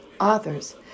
authors